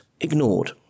ignored